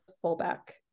fullback